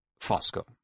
Fosco